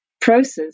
process